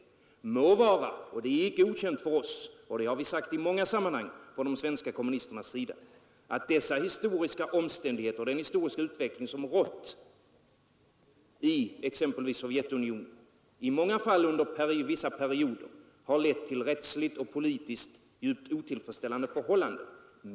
Det må vara — det är inte okänt för oss, och det har vi sagt i många sammanhang från de svenska kommunisternas sida — att dessa historiska omständigheter och den utveckling som ägt rum i exempelvis Sovjetunionen, under vissa perioder, har lett till rättsligt och politiskt djupt otillfredsställande förhållanden.